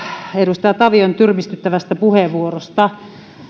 edustaja tavion tyrmistyttävästä puheenvuorosta